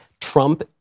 Trump